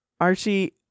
Archie